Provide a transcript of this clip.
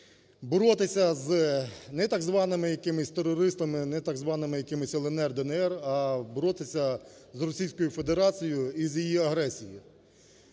боротися з не так званими якимись терористами, не так званими якимись "ЛНР", "ДНР", а боротися з Російською Федерацією і з її агресією.